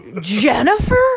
Jennifer